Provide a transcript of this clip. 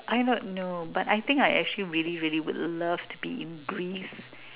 I don't know but I think I actually really really would love to be in Greece